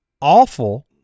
awful